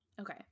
okay